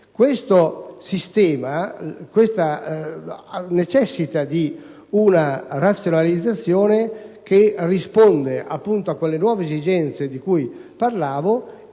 Questo sistema necessita di una razionalizzazione che risponde appunto a quelle nuove esigenze di cui parlavo